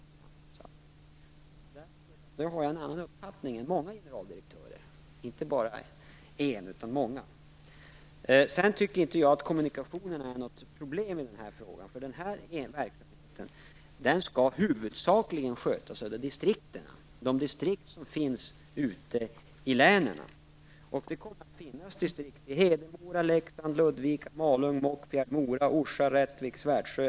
I den här frågan har jag därför en annan uppfattning än många generaldirektörer, inte bara en. Jag tycker inte att kommunikationerna är ett problem i den här frågan. Den här verksamheten skall huvudsakligen skötas av distrikten, de distrikt som finns ute i länen. Det kommer att finnas distrikt i Bollnäs, Delsbo, Edsbyn, Hudiksvall, Ljusdal, Ockelbo och Storvik.